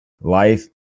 life